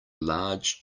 large